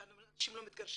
שם אנשים לא מתגרשים?